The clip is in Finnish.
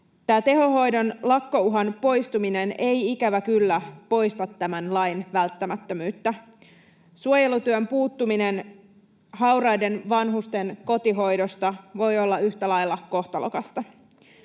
tehohoidon lakkouhan poistuminen ei ikävä kyllä poista tämän lain välttämättömyyttä. Suojelutyön puuttuminen hauraiden vanhusten kotihoidosta voi olla yhtä lailla kohtalokasta.